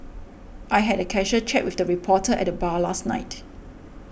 I had a casual chat with a reporter at the bar last night